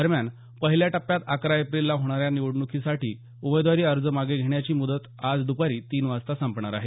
दरम्यान पहिल्या टप्प्यात अकरा एप्रिलला होणाऱ्या निवडणुकीसाठी उमेदवारी अर्ज मागे घेण्याची मुदत आज दुपारी तीन वाजता संपणार आहे